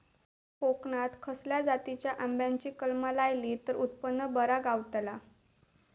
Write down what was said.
कोकणात खसल्या जातीच्या आंब्याची कलमा लायली तर उत्पन बरा गावताला?